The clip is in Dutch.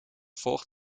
volgt